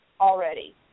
already